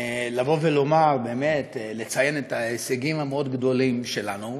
לציין את ההישגים המאוד-גדולים שלנו,